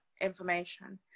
information